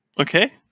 Okay